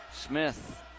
Smith